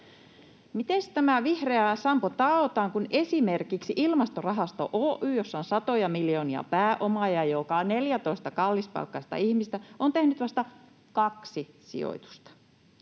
Mitenkäs tämä vihreä sampo taotaan, kun esimerkiksi Ilmastorahasto Oy, jossa on satoja miljoonia pääomaa ja jopa 14 kallispalkkaista ihmistä, on tehnyt vasta kaksi sijoitusta?